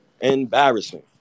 embarrassing